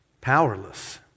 powerless